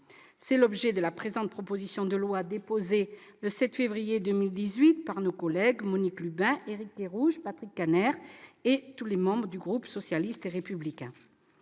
est l'objet de la présente proposition de loi, déposée le 7 février 2018 par nos collègues Monique Lubin, Éric Kerrouche, Patrick Kanner, ainsi que par des membres du groupe socialiste et républicain,